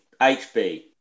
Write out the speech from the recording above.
HB